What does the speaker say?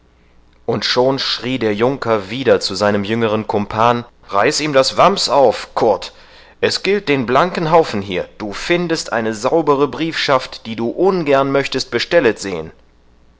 und schon schrie der junker wieder zu seinem jüngeren kumpan reiß ihm das wams auf kurt es gilt den blanken haufen hier du findest eine saubere briefschaft die du ungern möchtst bestellet sehen